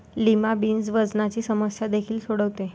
lima beans वजनाची समस्या देखील सोडवते